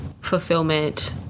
fulfillment